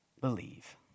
believe